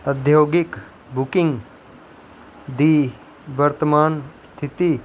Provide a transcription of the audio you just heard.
अद्योगिक बुंकिग दी वर्तमान स्थिति